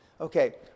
okay